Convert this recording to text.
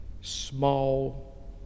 small